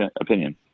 opinion